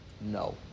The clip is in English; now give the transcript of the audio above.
no